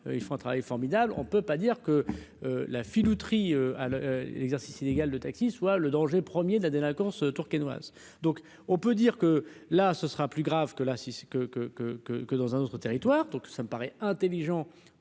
ils font un travail formidable, on peut pas dire que la filouterie à l'exercice illégal de taxi soit le danger 1er de la délinquance tourquennoise, donc on peut dire que là, ce sera plus grave que la si c'est que que que que que dans un autre territoire, donc ça me paraît intelligent